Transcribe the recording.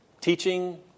teaching